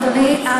אדוני,